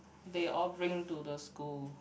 they all bring to the school